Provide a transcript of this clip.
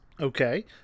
Okay